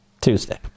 Tuesday